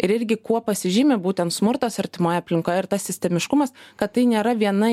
ir irgi kuo pasižymi būtent smurtas artimoje aplinkoje ir tas sistemiškumas kad tai nėra viena